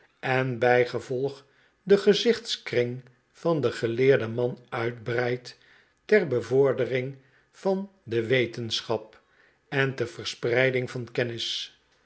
en bijgevolg den gezichtskring van den geleerden man uitbreidt ter bevordering van de wetenschap en ter verspreiding van kennis